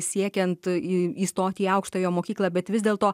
siekiant įstoti į aukštąją mokyklą bet vis dėl to